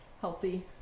healthy